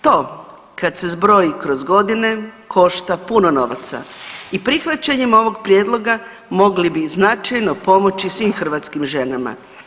To kad se zbroji kroz godine košta puno novaca i prihvaćanjem ovog prijedloga mogli bi značajno pomoći svih hrvatskim ženama.